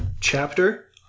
chapter